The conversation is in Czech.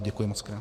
Děkuji mockrát.